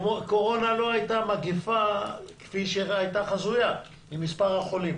קורונה לא הייתה מגפה כפי שהיה חזוי במספר החולים.